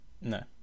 no